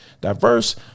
diverse